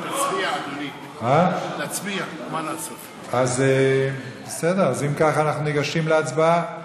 נצביע, אדוני, אם כך, אנחנו ניגשים להצבעה.